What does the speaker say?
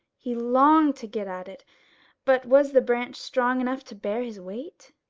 he longed to get at it but was the branch strong enough to bear his weight?